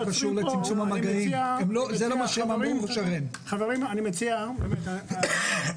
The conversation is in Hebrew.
חברים אני מציע באמת,